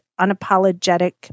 unapologetic